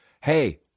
hey